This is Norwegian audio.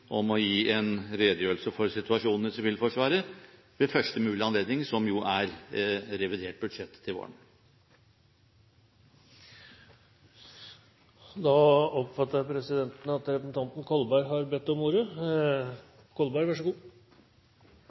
om å gi en redegjørelse om situasjonen i Sivilforsvaret ved første mulige anledning – som jo er revidert budsjett til våren. Jeg har evnen til å ha såpass mye ydmykhet at